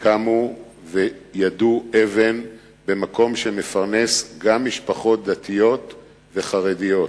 קמו ויידו אבן במקום שמפרנס גם משפחות דתיות וחרדיות.